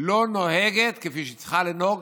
לא נוהגת כפי שהיא צריכה לנהוג.